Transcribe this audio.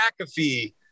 McAfee